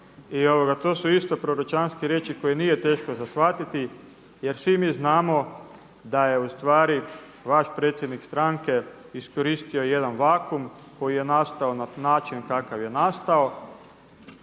To su isto proročanske riječi koje nije teško za shvatiti jer svi mi znamo da je ustvari vaš predsjednik stranke iskoristio jedan vakuum koji je nastao na način kakav je nastao.